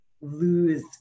lose